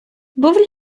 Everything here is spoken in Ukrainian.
був